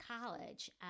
college